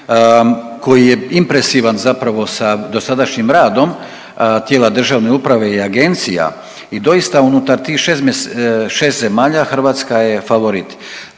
koji je impresivan zapravo sa dosadašnjim radom tijela državne uprave i agencija i doista unutar tih 6 zemalja, Hrvatska je favorit.